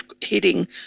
hitting